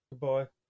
Goodbye